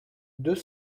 deux